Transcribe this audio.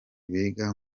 biga